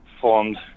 formed